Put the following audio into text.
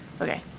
Okay